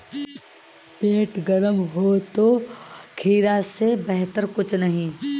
पेट गर्म हो तो खीरा से बेहतर कुछ नहीं